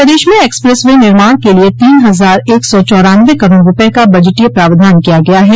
प्रदेश में expressway निर्माण के लिये तीन हजार एक सौ चौरानवे करोड़ रूपये का बजटीय प्रावधान किया गया है